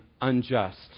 unjust